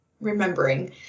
remembering